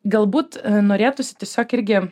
galbūt norėtųsi tiesiog irgi